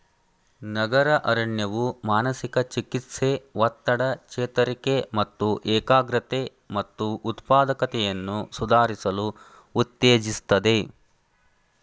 ನಗರ ಅರಣ್ಯವು ಮಾನಸಿಕ ಚಿಕಿತ್ಸೆ ಒತ್ತಡ ಚೇತರಿಕೆ ಮತ್ತು ಏಕಾಗ್ರತೆ ಮತ್ತು ಉತ್ಪಾದಕತೆಯನ್ನು ಸುಧಾರಿಸಲು ಉತ್ತೇಜಿಸ್ತದೆ